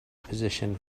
position